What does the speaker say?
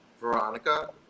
Veronica